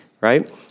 Right